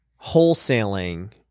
wholesaling